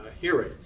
hearing